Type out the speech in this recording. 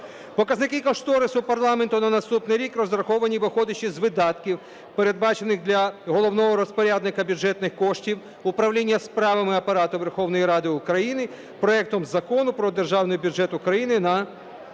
Показники кошторису парламенту на наступний рік розраховані, виходячи з видатків, передбачених для головного розпорядника бюджетних коштів – Управління справами Апарату Верховної Ради України – проектом Закону про Державний бюджет України на